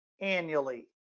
annually